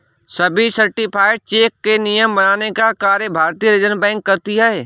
सभी certified cheque के नियम बनाने का कार्य भारतीय रिज़र्व बैंक करती है